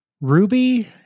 Ruby